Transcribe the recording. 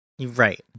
Right